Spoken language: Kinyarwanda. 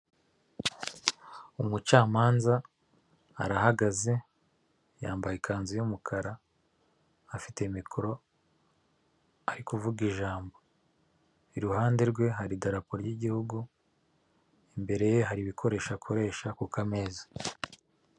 Inoti z'amafaranga ya rimwe y'Amashinwa hariho isura y'umuntu n'amagambo yo mu gishinwa n'imibare isanzwe.